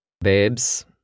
Babes